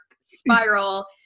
spiral